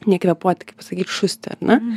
ne kvėpuoti kaip pasakyti šusti ar ne